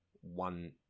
one